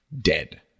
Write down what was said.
dead